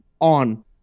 on